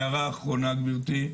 הערה אחרונה גברתי.